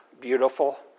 beautiful